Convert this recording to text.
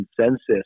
consensus